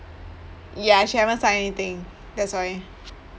ya she haven't sign anything that's why